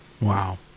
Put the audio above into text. Wow